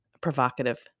provocative